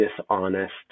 dishonest